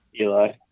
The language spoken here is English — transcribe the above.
Eli